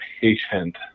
patient